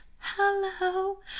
Hello